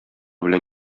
белән